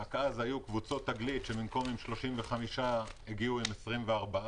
רק אז היו קבוצות תגלית שבמקום עם 35 הגיעו עם 24,